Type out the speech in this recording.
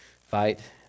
Fight